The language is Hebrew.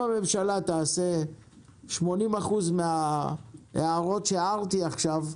אם הממשלה תעשה 80% מההערות שהערתי עכשיו,